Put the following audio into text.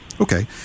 Okay